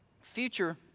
Future